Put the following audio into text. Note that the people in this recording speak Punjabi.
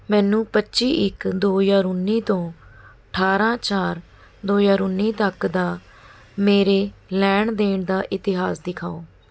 ਮੈਨੂੰ ਪੱਚੀ ਇੱਕ ਦੋ ਹਜ਼ਾਰ ਉੱਨੀ ਤੋਂ ਅਠਾਰ੍ਹਾਂ ਚਾਰ ਦੋ ਹਜ਼ਾਰ ਉੱਨੀ ਤੱਕ ਦਾ ਮੇਰੇ ਲੈਣ ਦੇਣ ਦਾ ਇਤਿਹਾਸ ਦਿਖਾਓ